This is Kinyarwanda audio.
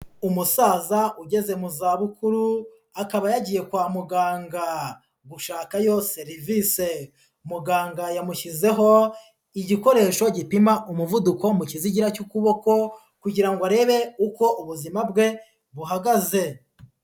Umusaza ugeze mu zabukuru, akaba yagiye kwa muganga, gushakayo serivise. Muganga yamushyizeho igikoresho gipima umuvuduko mu kizigira cy'ukuboko kugira ngo arebe uko ubuzima bwe buhagaze.